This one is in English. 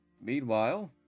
Meanwhile